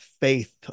faith